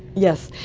yes,